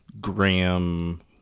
graham